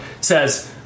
Says